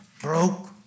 Broke